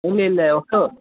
ಇಲ್ಲೆ ಇಲ್ಲೆ ಹೊಸ್ಟು